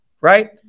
right